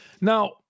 Now